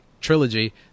trilogy